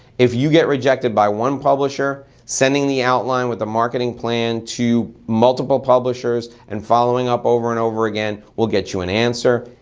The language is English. if you get rejected by one publisher, sending the outline with the marketing plan to multiple publishers and following up over and over again will get you an answer.